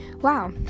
Wow